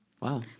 Wow